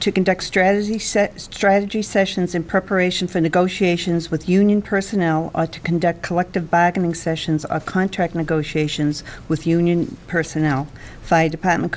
to conduct strategy set strategy sessions in preparation for negotiations with union personnel to conduct collective back and sessions of contract negotiations with union personnel fight department